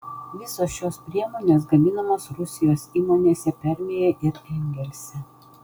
visos šios priemonės gaminamos rusijos įmonėse permėje ir engelse